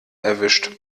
erwischt